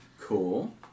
Cool